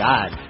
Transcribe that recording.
God